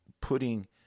putting